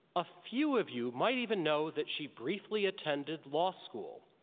a few of you might even know that she briefly attended law school.